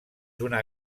una